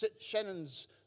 Shannon's